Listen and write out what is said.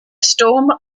storm